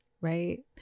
right